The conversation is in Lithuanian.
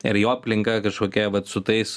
ir jo aplinka kažkokia vat su tais